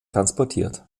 transportiert